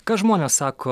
ką žmonės sako